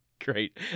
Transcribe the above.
great